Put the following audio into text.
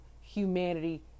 humanity